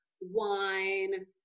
wine